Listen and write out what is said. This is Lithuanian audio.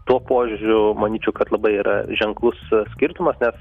tuo požiūriu manyčiau kad labai yra ženklus skirtumas nes